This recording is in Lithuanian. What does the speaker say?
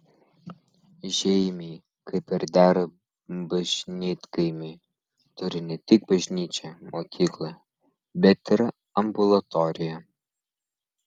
žeimiai kaip ir dera bažnytkaimiui turi ne tik bažnyčią mokyklą bet ir ambulatoriją